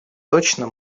точно